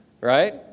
Right